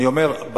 אני אומר,